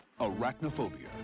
arachnophobia